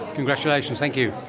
congratulations, thank you.